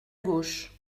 gauche